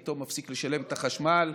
פתאום מפסיק לשלם את החשמל,